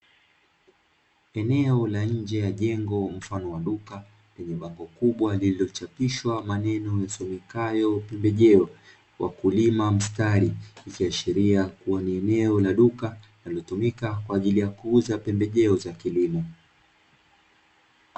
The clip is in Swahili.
Eneo la nje ya jengo mfano wa duka lenye bango kubwa lililochapishwa maneno yasomekayo pembejeo, wakulima mstari likiashiria kuwa ni eneo la duka linalotumika kwa ajili ya kuuza pembejeo za kilimo.